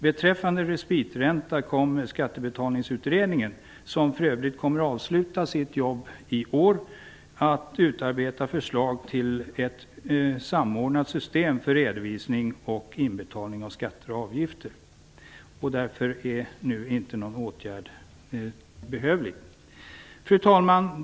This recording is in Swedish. Vad gäller respitränta kommer Skattebetalningsutredningen, som för övrigt kommer att avsluta sitt arbete i år, att utarbeta förslag till ett samordnat system för redovisning och inbetalning av skatter och avgifter. Därför är någon åtgärd nu inte behövlig. Fru talman!